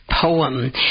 poem